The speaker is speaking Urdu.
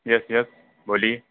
یس یس بولیے